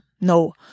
no